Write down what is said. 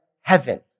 heaven